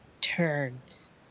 turns